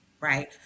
Right